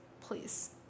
please